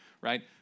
right